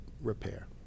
repair